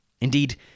Indeed